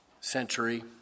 century